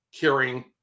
caring